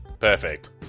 Perfect